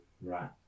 right